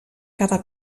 cada